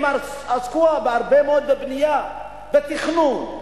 הם עסקו הרבה מאוד בבנייה, בתכנון.